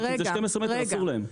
רק את ה-12 מטר אסור להם.